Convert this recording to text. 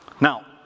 Now